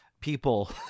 people